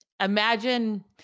imagine